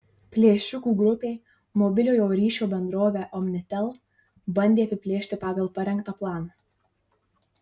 plėšikų grupė mobiliojo ryšio bendrovę omnitel bandė apiplėšti pagal parengtą planą